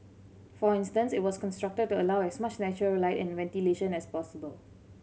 for instance it was constructed allow as much natural light and ventilation as possible